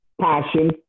passion